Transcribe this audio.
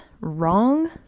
wrong